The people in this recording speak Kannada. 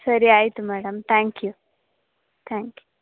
ಸರಿ ಆಯಿತು madam thank you thank you